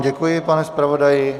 Děkuji vám, pane zpravodaji.